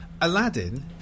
Aladdin